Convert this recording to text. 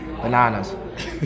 bananas